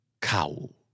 cow